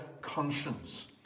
conscience